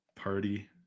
party